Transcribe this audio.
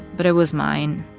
but it was mine.